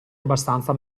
abbastanza